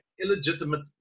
illegitimate